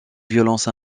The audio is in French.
violence